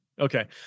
okay